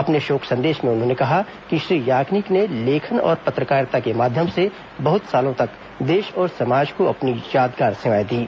अपने शोक संदेश में उन्होंने कहा कि श्री याग्निक ने लेखन और पत्रकारिता के माध्यम से बहत सालों तक देश और समाज को अपनी यादगार सेवाएं दीं